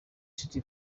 city